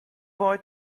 boy